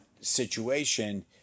situation